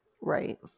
Right